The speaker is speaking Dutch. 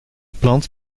plant